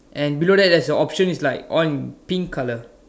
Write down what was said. and below there there's a option like it's all in pink colour